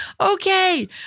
okay